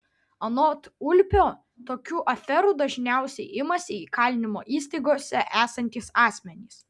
anot ulpio tokių aferų dažniausiai imasi įkalinimo įstaigose esantys asmenys